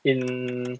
in